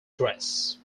dress